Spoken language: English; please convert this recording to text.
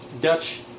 Dutch